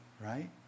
right